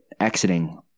exiting